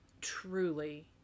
truly